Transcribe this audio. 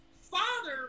father